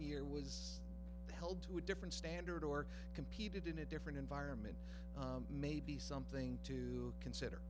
year was held to a different standard or competed in a different environment maybe something to consider